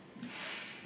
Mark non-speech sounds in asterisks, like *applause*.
*breath*